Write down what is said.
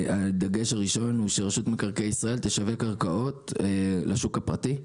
הדגש הראשון הוא שרשות מקרקעי ישראל תשווק קרקעות לשוק הפרטי.